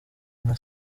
nka